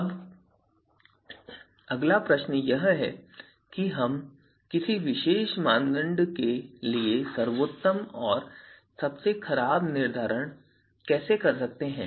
अब अगला प्रश्न यह है कि हम किसी विशेष मानदंड के लिए सर्वोत्तम और सबसे खराब का निर्धारण कैसे करते हैं